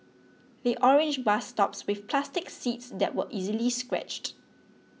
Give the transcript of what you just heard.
the orange bus stops with plastic seats that were easily scratched